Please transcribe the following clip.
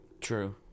True